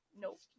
Nope